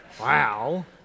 wow